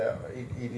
!huh!